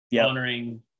honoring